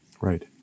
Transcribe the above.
Right